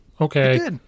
okay